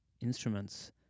instruments